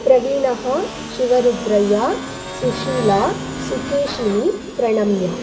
प्रवीणः Shivarudrayya Sushila Sukeshini प्रणम्या